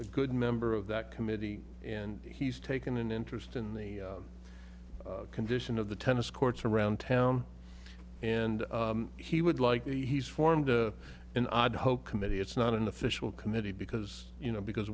a good member of that committee and he's taken an interest in the condition of the tennis courts around town and he would like he's formed in idaho committee it's not an official committee because you know because